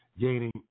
gaining